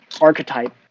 archetype